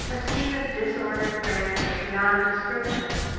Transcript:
a scene of disordered grandeur beyond description.